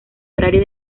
horario